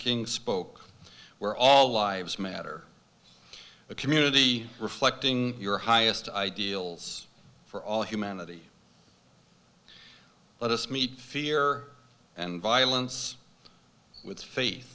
king spoke where all lives matter the community reflecting your highest ideals for all humanity let us meet fear and violence with faith